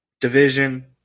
Division